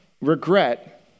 regret